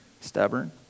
Stubborn